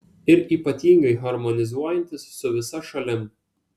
ir ypatingai harmonizuojantis su visa šalim